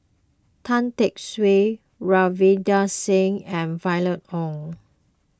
Tan Tee Suan Ravinder Singh and Violet Oon